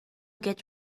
get